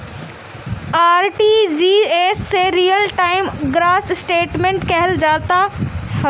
RTGS के real time gross settlement कहल जात हवे